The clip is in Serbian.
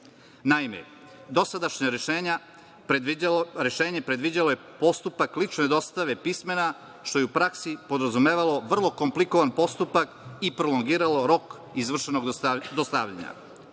upisa. Naime, dosadašnje rešenje predviđalo je postupak lične dostave pismena, što je u praksi podrazumevalo vrlo komplikovan postupak i prolongiralo rok izvršenog dostavljanja,